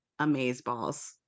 amazeballs